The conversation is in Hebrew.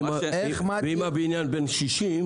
ואם הבניין בן 60,